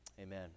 Amen